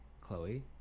Chloe